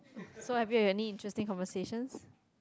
so have you had any interesting conversations